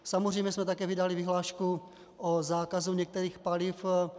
Samozřejmě jsme také vydali vyhlášku o zákazu některých paliv.